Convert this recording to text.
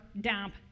damp